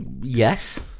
Yes